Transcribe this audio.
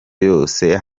yose